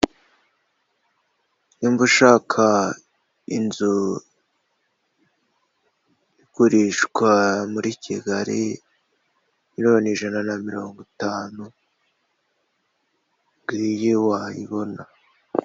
Nimba ushaka inzu igurishwa muri Kigali miliyoni ijana na mirongo itanu ngiyi wayibona.